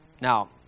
Now